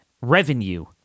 revenue